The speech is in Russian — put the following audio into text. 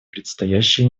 предстоящие